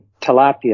tilapia